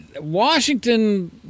Washington